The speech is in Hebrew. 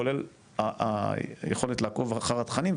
כולל היכולת לעקוב אחר התכנים,